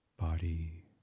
body